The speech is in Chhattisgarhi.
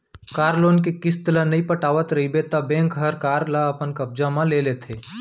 कार लोन के किस्त ल नइ पटावत रइबे त बेंक हर कार ल अपन कब्जा म ले लेथे